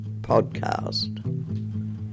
podcast